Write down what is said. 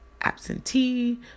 absentee